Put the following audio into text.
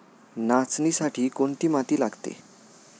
नाचणीसाठी कोणती माती लागते?